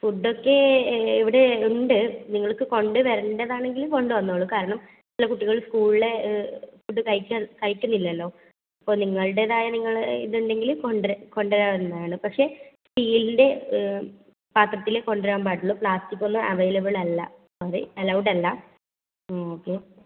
food ഒക്കെ ഇവിടെ ഉണ്ട് നിങ്ങൾക്ക് കൊണ്ടുവരേണ്ടതാണ് എങ്കിൽ കൊണ്ടു വന്നോളൂ കാരണം ചില കുട്ടികൾ സ്കൂളിലെ ഫുഡ് കഴിക്കാതെ കഴിക്കുന്നില്ലല്ലോ ഇപ്പോൾ നിങ്ങളുടേതായ നിങ്ങൾ ഇതുണ്ടെങ്കിൽ കൊണ്ടു വരാവുന്നതാണ് പക്ഷെ സ്റ്റീലിൻ്റെ പാത്രത്തിലെ കൊണ്ടുവരാൻ പാടുള്ളൂ പ്ലാസ്റ്റിക് ഒന്നും അവൈലബിൾ അല്ല സോറി അലോവ്ഡ് അല്ല ആ ഓക്കെ